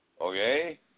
okay